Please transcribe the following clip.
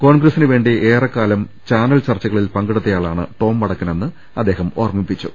കോൺഗ്രസ്സിനുവേണ്ടി ഏറെക്കാലം ചാനൽ ചർച്ചകളിൽ പങ്കെടുത്തയാളാണ് ടോം വടക്കനെന്ന് അദ്ദേഹം ഓർമ്മിപ്പിച്ചു